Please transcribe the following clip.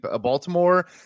Baltimore